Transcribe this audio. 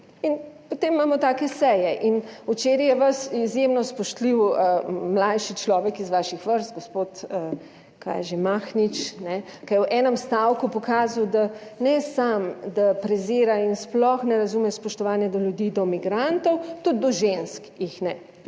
potem imamo take seje. In včeraj je vas izjemno spoštljiv mlajši človek iz vaših vrst, gospod, kaj je že, Mahnič, ne, ki je v enem stavku pokazal, da ne samo, da prezira in sploh ne razume spoštovanja do ljudi, do migrantov, tudi do žensk